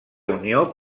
unió